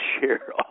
share